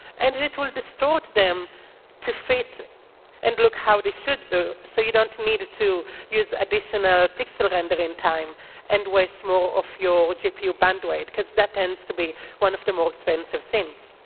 and it will distort them to fit and look how they should do so you don't need to use additional pixel rendering time and waste more of your gpu bandwidth because that tends to be one of the more expensive things,